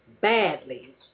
badly